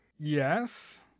Yes